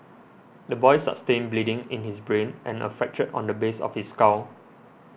the boy sustained bleeding in his brain and a fracture on the base of his skull